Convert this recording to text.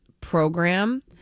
program